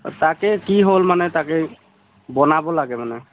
তাকেই কি হ'ল মানে তাকেই বনাব লাগে মানে